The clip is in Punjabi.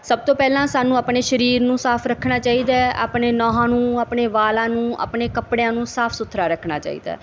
ਸਭ ਤੋਂ ਪਹਿਲਾਂ ਸਾਨੂੰ ਆਪਣੇ ਸਰੀਰ ਨੂੰ ਸਾਫ਼ ਰੱਖਣਾ ਚਾਹੀਦਾ ਆਪਣੇ ਨਹੁੰ ਨੂੰ ਆਪਣੇ ਵਾਲਾਂ ਨੂੰ ਆਪਣੇ ਕੱਪੜਿਆਂ ਨੂੰ ਸਾਫ਼ ਸੁਥਰਾ ਰੱਖਣਾ ਚਾਹੀਦਾ